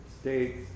states